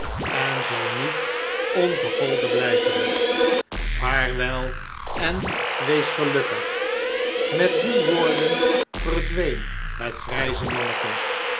en zal niet onvergolden blijven vaarwel en wees gelukkig met die woorden verdween het grijze manneken